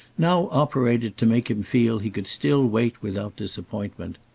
now operated to make him feel he could still wait without disappointment.